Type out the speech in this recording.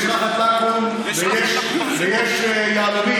יש רחת לקום ויש יהלומים.